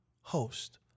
host